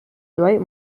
dwight